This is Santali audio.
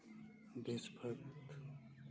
ᱵᱮᱥ ᱵᱟᱛ